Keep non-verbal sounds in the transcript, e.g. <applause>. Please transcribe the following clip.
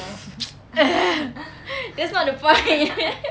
<laughs> <noise> ugh that's not the point <laughs>